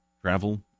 travel